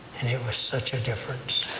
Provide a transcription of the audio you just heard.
and it was such a difference.